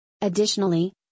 Additionally